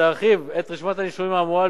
להרחיב את רשימת הנישומים האמורה,